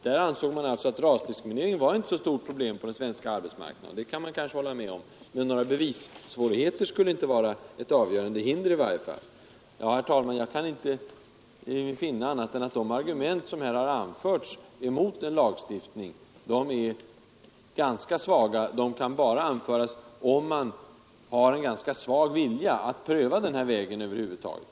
Man ansåg alltså att rasdiskriminering inte var något stort problem på den svenska arbetsmarknaden, och det kan man kanske hålla med om. Men bevissvårigheter skulle i varje fall inte vara ett avgörande hinder. Herr talman! Jag kan inte finna annat än att de argument som här anförts mot en lagstiftning är ganska svaga. De tyder inte på någon starkare vilja att pröva nya vägar över huvud taget.